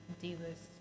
D-list